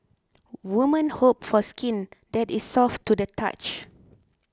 women hope for skin that is soft to the touch